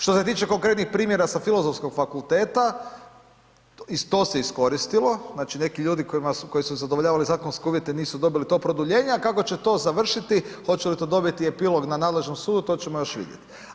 Što se tiče konkretnih primjera sa Filozofskog fakulteta i to se iskoristilo, znači neki ljudi koji su zadovoljavali zakonske uvjete nisu dobili to produljenje, a kako će to završiti, hoće li to dobiti epilog na nadležnom sudu, to ćemo još vidjeti.